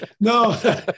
No